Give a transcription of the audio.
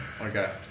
okay